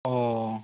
ᱚᱻ